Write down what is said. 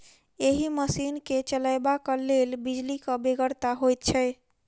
एहि मशीन के चलयबाक लेल बिजलीक बेगरता होइत छै